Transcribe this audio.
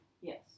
Yes